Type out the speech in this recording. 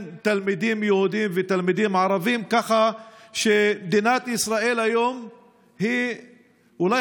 תלמידים יהודים לתלמידים ערבים כך שמדינת ישראל היום היא אולי